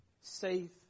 safe